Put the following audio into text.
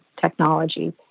technology